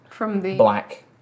black